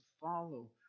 follow